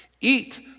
Eat